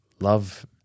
love